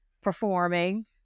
performing